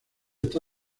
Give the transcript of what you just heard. está